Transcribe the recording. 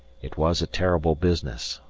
it was a terrible business,